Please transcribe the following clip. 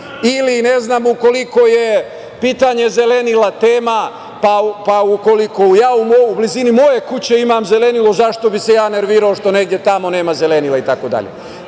ili, ne znam, ukoliko je pitanje zelenila tema, pa ukoliko ja u blizini moje kuće imam zelenilo, zašto bih se ja nervirao što negde tamo nema zelenila itd. Dakle,